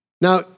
Now